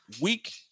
week